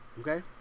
okay